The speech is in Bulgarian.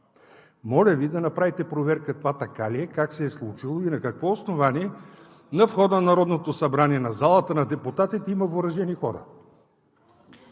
Моля Ви да направите проверка това така ли е, как се е случило и на какво основание на входа на Народното събрание, в залата на депутатите има въоръжени хора!